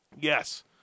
Yes